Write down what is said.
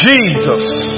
Jesus